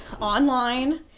online